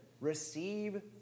receive